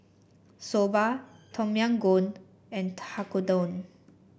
Soba Tom Yam Goong and Tekkadon